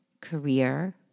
career